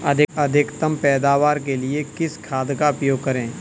अधिकतम पैदावार के लिए किस खाद का उपयोग करें?